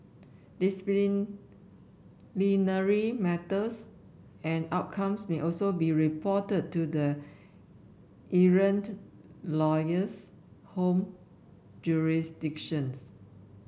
disciplinary matters and outcomes may also be reported to the errant lawyer's home jurisdictions